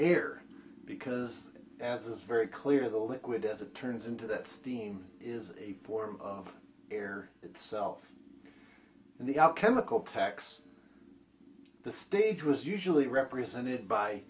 air because as it's very clear the liquid as it turns into that steam is a form of air itself and the out chemical tax the stage was usually represented by